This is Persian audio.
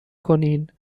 کنین